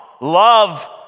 love